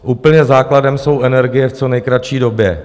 Úplně základem jsou energie v co nejkratší době.